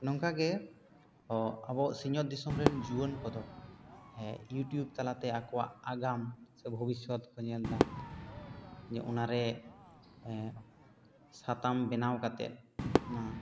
ᱱᱚᱝᱠᱟ ᱜᱮ ᱟᱵᱚ ᱥᱤᱧᱚᱛ ᱫᱤᱥᱟᱹᱢ ᱨᱮᱱ ᱡᱩᱣᱟᱹᱱ ᱠᱚᱫᱚ ᱦᱮᱸ ᱭᱩᱴᱤᱭᱩᱵᱽ ᱛᱟᱞᱟ ᱛᱮ ᱟᱠᱚᱣᱟᱜ ᱟᱜᱟᱢ ᱥᱮ ᱵᱷᱩᱣᱤᱥᱭᱟᱹᱛ ᱠᱚ ᱧᱮᱞ ᱮᱫᱟ ᱚᱱᱟ ᱨᱮ ᱥᱟᱛᱟᱢ ᱵᱮᱱᱟᱣ ᱠᱟᱛᱮ ᱚᱱᱟ